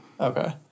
okay